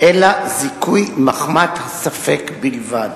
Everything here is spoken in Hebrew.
אלא זיכוי מחמת הספק בלבד.